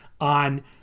on